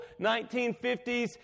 1950s